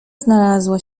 znalazła